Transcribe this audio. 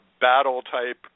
battle-type